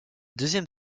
deuxième